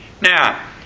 Now